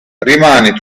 rimane